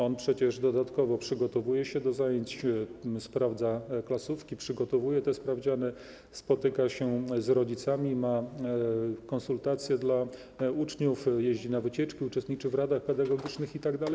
On przecież dodatkowo przygotowuje się do zajęć, sprawdza klasówki, przygotowuje te sprawdziany, spotyka się z rodzicami, ma konsultacje dla uczniów, jeździ na wycieczki, uczestniczy w radach pedagogicznych itd.